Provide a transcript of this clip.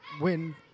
win